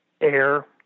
air